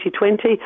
2020